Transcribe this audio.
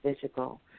physical